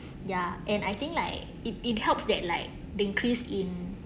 ya and I think like it it helps that like they increase in